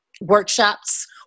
workshops